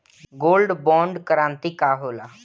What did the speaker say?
Gold bond करतिं का होला?